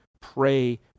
Pray